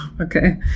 okay